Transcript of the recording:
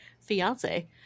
fiance